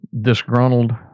disgruntled